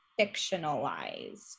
fictionalized